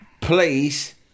please